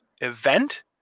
event